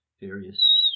various